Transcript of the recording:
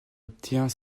obtient